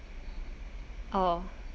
oh